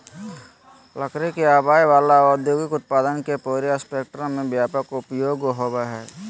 लकड़ी से आवय वला औद्योगिक उत्पादन के पूरे स्पेक्ट्रम में व्यापक उपयोग होबो हइ